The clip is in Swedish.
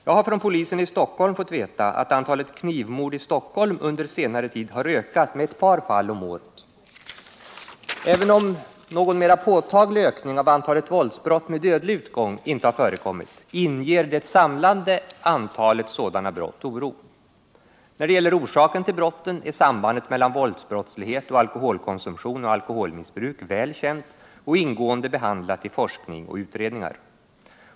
Jag har från polisen i Stockholm fått veta att antalet knivmord i Stockholm under senare tid har ökat med ett par fall om året. Även om någon mera påtaglig ökning av antalet våldsbrott med dödlig utgång inte har förekommit, inger det samlade antalet sådana brott oro. När det gäller orsaken till brotten är sambandet mellan våldsbrottslighet och alkoholkonsumtion och alkoholmissbruk väl känt och ingående behandlat i forskning och utredningar.